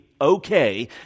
okay